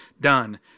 done